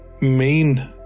main